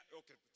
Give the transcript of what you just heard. okay